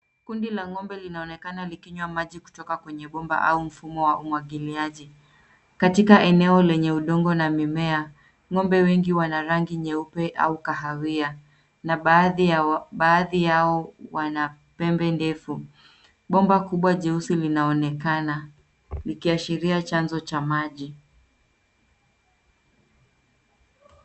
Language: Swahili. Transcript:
Kundi la ng'ombe linaonekana likinywa maji kutoka kwenye bomba au mfumo wa umwagiliaji katika eneo lenye udongo na mimea.Ng'ombe wengi wana rangi nyeupe au kahawia na baadhi yao wana pembe ndevu. Bomba kubwa jeusi linaonekana likiashiria chanzo cha maji.